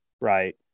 right